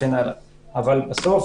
אבל בסוף,